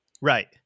right